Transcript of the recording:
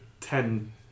ten